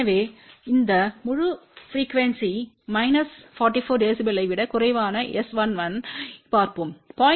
எனவேஇந்த முழு ப்ரிக்யூவென்ஸிணிலும் மைனஸ் 44 dBயை விடக் குறைவானS11ஐப் பார்ப்போம் 0